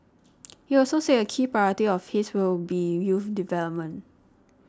he also said a key priority of his will be youth development